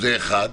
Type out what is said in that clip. זה דבר אחד.